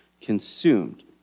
consumed